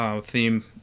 theme